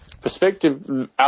perspective